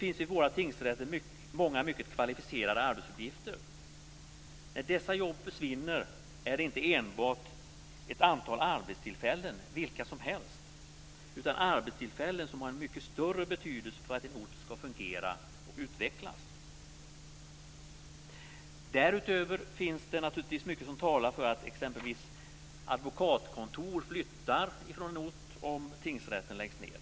Vid våra tingsrätter finns det många mycket kvalificerade arbetsuppgifter. När dessa jobb försvinner handlar det inte bara om ett antal arbetstillfällen vilka som helst, utan om arbetstillfällen som har mycket stor betydelse för hur en ort ska fungera och utvecklas. Därutöver finns det naturligtvis mycket som talar för att exempelvis advokatkontor flyttar från en ort när tingsrätten läggs ned.